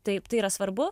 taip tai yra svarbu